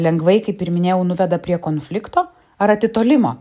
lengvai kaip ir minėjau nuveda prie konflikto ar atitolimo